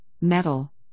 metal